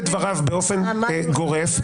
שכאשר מדבר נציג קואליציה אתם מתפרצים לדבריו באופן גורף,